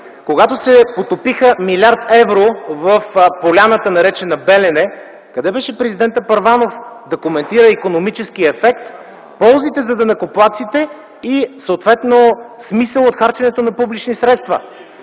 когато се потопиха милиард евро в поляната, наречена „Белене”, къде беше президентът Първанов да коментира икономическия ефект, ползите за данъкоплатците и съответно смисъла от харченето на публични средства?